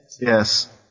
Yes